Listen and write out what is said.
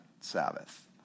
Sabbath